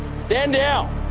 stand down!